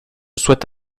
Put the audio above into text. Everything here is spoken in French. souhaite